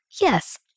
yes